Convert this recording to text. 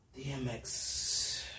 DMX